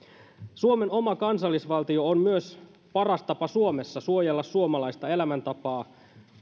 suomen oma kansallisvaltio on paras tapa myös suomessa suojella suomalaista elämäntapaa